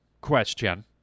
question